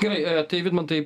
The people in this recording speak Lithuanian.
gerai tai vidmantai